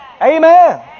Amen